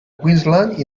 queensland